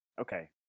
Okay